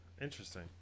Interesting